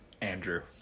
Andrew